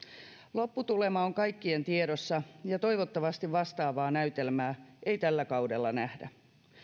lopputulema on kaikkien tiedossa ja toivottavasti vastaavaa näytelmää ei tällä kaudella nähdä